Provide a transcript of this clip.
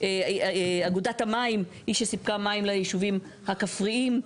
אגודת המים היא שסיפקה מים ליישובים הכפריים.